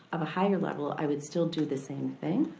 of a higher level, i would still do the same thing,